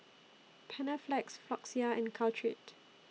Panaflex Floxia and Caltrate